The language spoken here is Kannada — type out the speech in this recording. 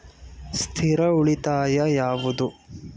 ಸ್ಥಿರ ಉಳಿತಾಯ ಯಾವುದು?